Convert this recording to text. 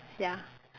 ya